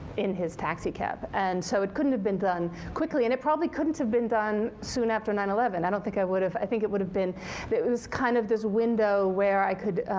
in his taxicab. and so it couldn't have been done quickly, and it probably couldn't have been done soon after nine eleven. i don't think i would have i think it would have been it was kind of this window where i could